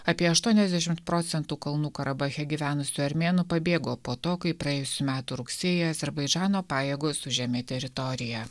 apie aštuoniasdešimt procentų kalnų karabache gyvenusių armėnų pabėgo po to kai praėjusių metų rugsėjį azerbaidžano pajėgos užėmė teritoriją